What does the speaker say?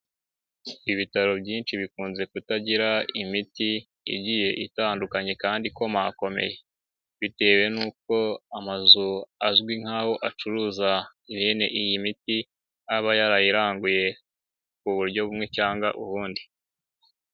Ibitaro byinshi bikunze kutagira imiti igiye itandukanye kandi ikomakomeye bitewe n'uko amazu azwi nk'aho acuruza ihene, iyi miti aba yarayiranguye ku buryo bumwe cyangwa ubundi.